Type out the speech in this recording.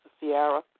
Sierra